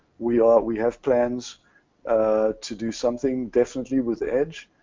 we um we have plans to do something definitely with edge.